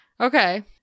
Okay